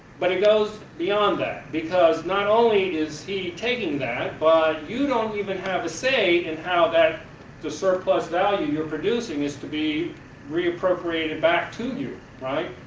but it goes beyond that because not only is he taking that but you don't even have a say in how the surplus value you're producing is to be re-appropriated back to you. right?